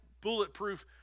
bulletproof